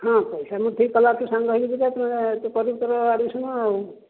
ହଁ ପଇସା ମୁଁ ଠିକ୍ କଲେ ତୁ ସାଙ୍ଗ ହେଇକି ଯିବୁ ତୁ କରିବୁ ତୋର ଆଡ଼ମିସନ୍ ଆଉ